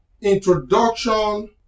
Introduction